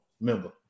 member